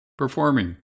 Performing